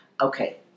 Okay